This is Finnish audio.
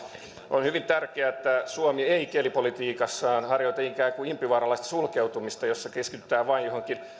on hyvin tärkeää että suomi ei kielipolitiikassaan harjoita ikään kuin impivaaralaista sulkeutumista jossa keskitytään vain johonkin